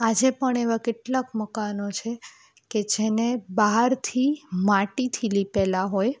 આજે પણ એવા કેટલાંક મકાનો છે કે જેને બહારથી માટીથી લીંપેલાં હોય